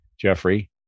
Jeffrey